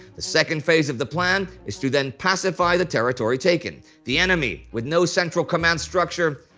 the second phase of the plan is to then pacify the territory taken. the enemy, with no central command structure,